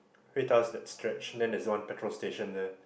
Ruida's that stretch and then there's one petrol station there